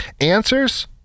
Answers